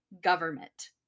government